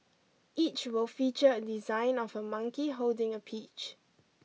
each will feature a design of a monkey holding a peach